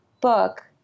book